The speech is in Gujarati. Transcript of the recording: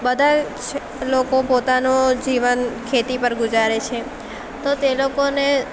બધા જ લોકો પોતાનો જીવન ખેતી પર ગુજારે છે તો તે લોકોને